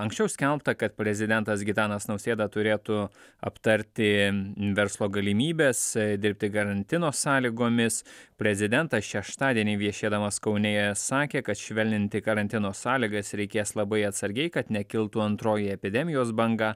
anksčiau skelbta kad prezidentas gitanas nausėda turėtų aptarti verslo galimybes dirbti karantino sąlygomis prezidentas šeštadienį viešėdamas kaune sakė kad švelninti karantino sąlygas reikės labai atsargiai kad nekiltų antroji epidemijos banga